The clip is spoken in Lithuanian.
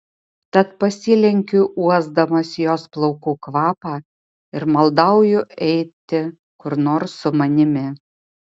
tad pasilenkiu uosdamas jos plaukų kvapą ir maldauju eiti kur nors su manimi